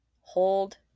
hold